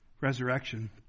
resurrection